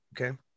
Okay